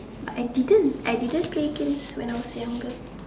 but I didn't I didn't play games when I was younger